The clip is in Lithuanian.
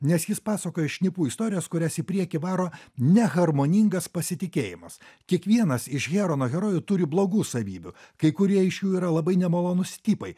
nes jis pasakoja šnipų istorijas kurias į priekį varo neharmoningas pasitikėjimas kiekvienas iš herono herojų turi blogų savybių kai kurie iš jų yra labai nemalonūs tipai